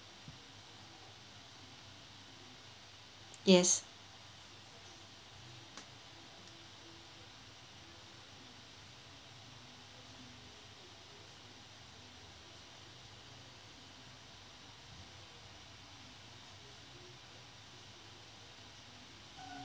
yes